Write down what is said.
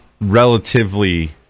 relatively